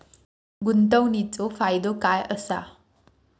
गुंतवणीचो फायदो काय असा?